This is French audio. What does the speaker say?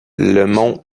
mont